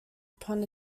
upon